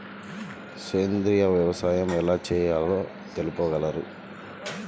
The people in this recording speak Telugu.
సేంద్రీయ వ్యవసాయం ఎలా చేయాలో తెలుపగలరు?